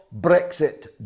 Brexit